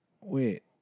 wait